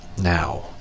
now